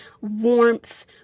warmth